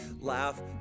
laugh